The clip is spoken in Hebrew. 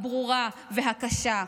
הברורה והקשה.